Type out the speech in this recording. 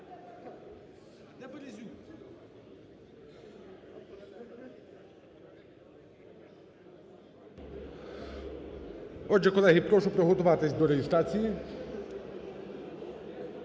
Отже, колеги, прошу приготуватись до реєстрації.